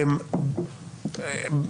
ואגב,